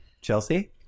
Chelsea